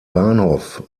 bahnhof